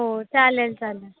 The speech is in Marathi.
हो चालेल चालेल